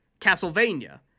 Castlevania